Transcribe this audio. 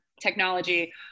technology